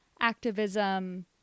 activism